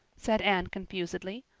said anne confusedly.